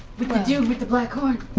with the dude with the black horn.